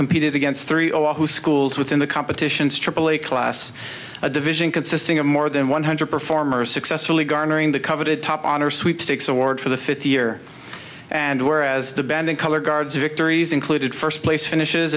competed against three oahu schools within the competitions aaa class a division consisting of more than one hundred performers successfully garnering the coveted top honors sweepstakes award for the fifth year and whereas the banding color guards victories included first place finishes